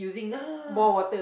ya